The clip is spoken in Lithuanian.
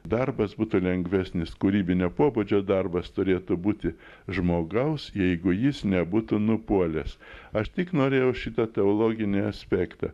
darbas būtų lengvesnis kūrybinio pobūdžio darbas turėtų būti žmogaus jeigu jis nebūtų nupuolęs aš tik norėjau šitą teologinį aspektą